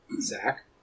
Zach